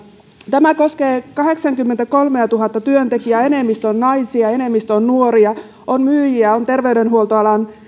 tämä koskee kahdeksaakymmentäkolmeatuhatta työntekijää enemmistö on naisia enemmistö on nuoria on myyjiä on terveydenhuoltoalan